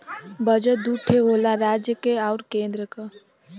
budget दू ठे होला राज्य क आउर केन्द्र क